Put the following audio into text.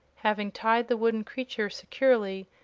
having tied the wooden creature securely,